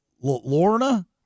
Lorna